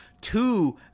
two